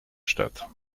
statt